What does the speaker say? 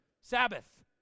Sabbath